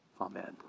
Amen